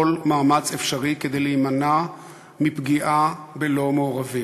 כל מאמץ אפשרי, כדי להימנע מפגיעה בלא-מעורבים.